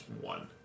one